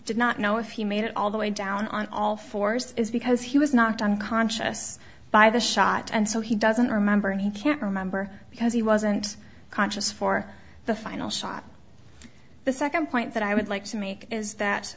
did not know if you made it all the way down on all fours is because he was knocked unconscious by the shot and so he doesn't remember he can't remember because he wasn't conscious for the final shot the second point that i would like to make is that